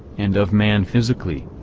and of man physically.